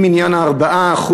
עם עניין ה-4%,